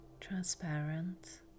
transparent